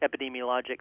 epidemiologic